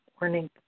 morning